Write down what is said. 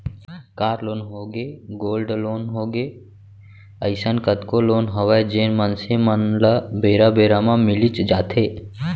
car loan होगे, gold loan होगे, अइसन कतको लोन हवय जेन मनसे मन ल बेरा बेरा म मिलीच जाथे